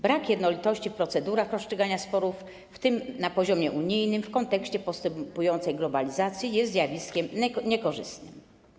Brak jednolitości w procedurach rozstrzygania sporów, w tym na poziomie unijnym, w kontekście postępującej globalizacji jest zjawiskiem niekorzystnym.